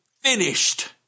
finished